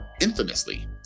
infamously